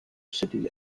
city